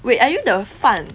wait are you the 饭